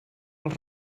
els